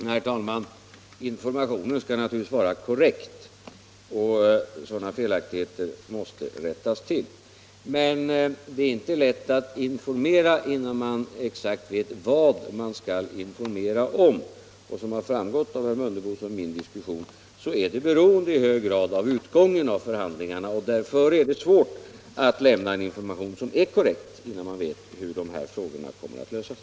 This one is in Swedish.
Herr talman! Informationen skall naturligtvis vara korrekt, och sådana felaktigheter som herr Mundebo nämnde måste rättas till. Men det är inte lätt att informera innan man exakt vet vad man skall informera om. Som framgår av herr Mundebos och min diskussion så är det i hög grad beroende av utgången av förhandlingarna. Därför är det svårt att lämna information som är korrekt innan man vet hur de här frågorna kommer att lösas.